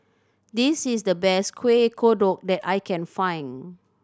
this is the best Kueh Kodok that I can find